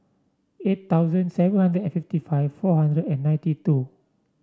eight thousand seven hundred and fifty five four hundred and ninety two